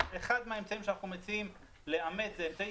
אחד מהאמצעים שאנחנו מציעים לאמץ אמצעי